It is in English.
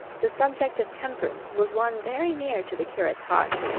the subject of temperance was one very near to the curate's heart.